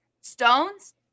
stones